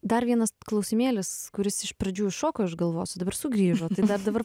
dar vienas klausimėlis kuris iš pradžių iššoko iš galvos o dabar sugrįžo dar dabar